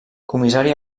comissari